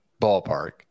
ballpark